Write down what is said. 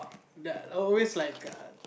that always like a